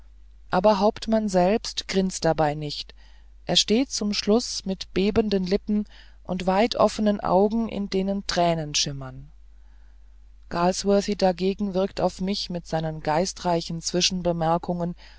aber hauptmann selbst grinst dabei nicht er steht zum schluß mit bebenden lippen und weit offenen augen in denen tränen schimmern galsworthy dagegen wirkt auf mich mit seinen geistreichen zwischenbemerkungen